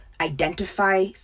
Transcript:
identify